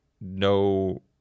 no